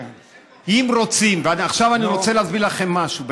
אם רוצים, עכשיו אני רוצה להסביר לכם משהו.